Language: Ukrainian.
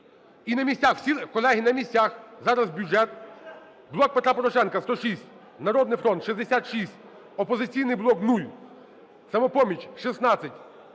І на місяцях всі… Колеги, на місцях, зараз бюджет. "Блок Петра Порошенка" – 106, "Народний фронт" – 66, "Опозиційний блок" – 0, "Самопоміч" – 16,